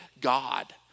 God